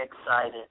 excited